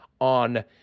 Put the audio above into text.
on